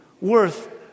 worth